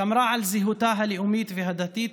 שמרה על זהותה הלאומית והדתית,